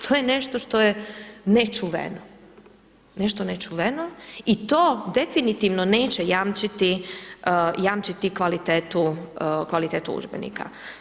To je nešto što je nečuveno, nešto nečuveno i to definitivno neće jamčiti kvalitetu udžbenika.